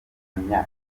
umunya